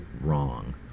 wrong